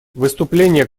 выступление